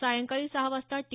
सायंकाळी सहा वाजता टी